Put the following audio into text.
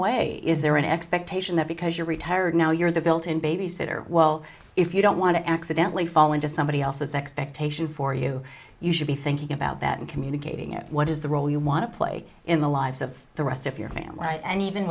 way is there an expectation that because you're retired now you're the built in babysitter well if you don't want to accidentally fall into somebody else's expectation for you you should be thinking about that and communicating it what is the role you want to play in the lives of the rest of your family and even